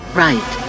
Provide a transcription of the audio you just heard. right